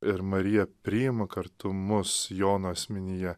ir marija priima kartu mus jono asmenyje